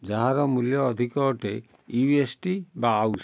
ଯାହାର ମୂଲ୍ୟ ଅଧିକ ଅଟେ ୟୁ ଏସ୍ ଡ଼ି ବା ଆଉସ୍